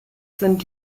sind